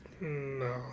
No